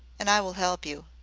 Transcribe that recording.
and i will help you.